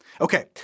Okay